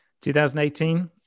2018